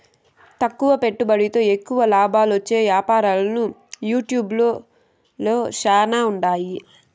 తక్కువ పెట్టుబడితో ఎక్కువ లాబాలొచ్చే యాపారాలు యూట్యూబ్ ల శానా ఉండాయి